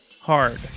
hard